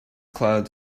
clouds